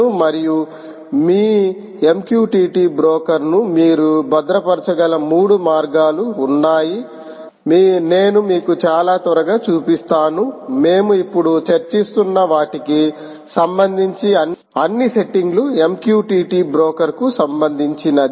మరియు మీ MQTT బ్రోకర్ను మీరు భద్రపరచగల 3 మార్గాలు ఉన్నాయి నేను మీకు చాలా త్వరగా చూపిస్తాను మేము ఇప్పుడు చర్చిస్తున్న వాటికి సంబంధించి అన్ని సెట్టింగ్లు MQTT బ్రోకర్ కు సంబంధించినది